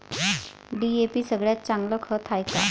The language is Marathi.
डी.ए.पी सगळ्यात चांगलं खत हाये का?